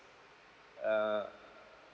err